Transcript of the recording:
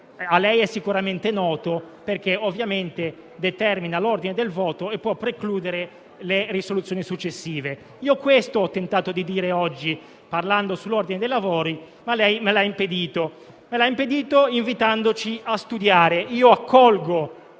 a lei è sicuramente noto, perché ovviamente determina l'ordine del voto e può precludere le risoluzioni successive. Questo ho tentato di dire oggi, parlando sull'ordine dei lavori, ma me lo ha impedito, invitandoci a studiare. Accolgo